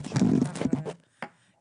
כמו שאמר ינון,